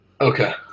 Okay